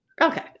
Okay